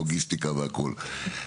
לוגיסטיקה והכול.